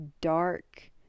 dark